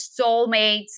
soulmates